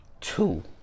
two